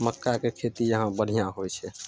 मक्काके खेती यहाँ बढ़िआँ होइ छै